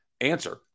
answer